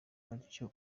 batyo